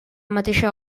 mateixa